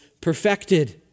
perfected